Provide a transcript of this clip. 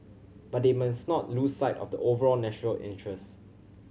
but they must not lose sight of the overall national interest